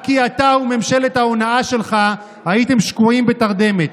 רק כי אתה וממשלת ההונאה שלך הייתם שקועים בתרדמת.